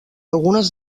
algunes